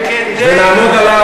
נעמוד עליו,